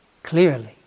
Clearly